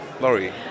Laurie